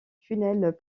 tunnel